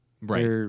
Right